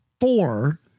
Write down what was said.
four